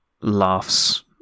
laughs